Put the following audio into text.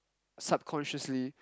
subconsciously